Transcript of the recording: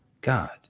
God